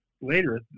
later